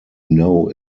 know